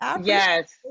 Yes